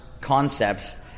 concepts